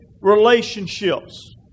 relationships